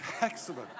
Excellent